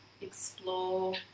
explore